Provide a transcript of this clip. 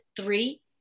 three